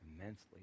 immensely